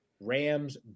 Rams